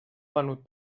venut